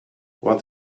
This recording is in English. what